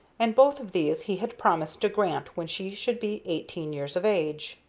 and both of these he had promised to grant when she should be eighteen years of age.